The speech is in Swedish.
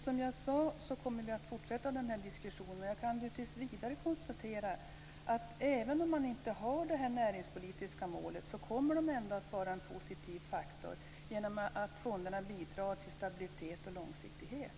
Som jag sade kommer vi att fortsätta den här diskussionen, men jag kan tills vidare konstatera att även om man inte har det här näringspolitiska målet kommer fonderna ändå att vara en positiv faktor genom att de bidrar till stabilitet och långsiktighet.